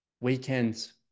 Weekends